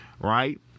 right